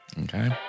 Okay